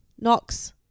Knox